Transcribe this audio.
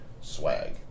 Swag